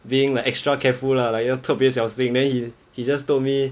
being like extra careful lah like you know 特别小心 then he he just told me